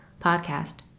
podcast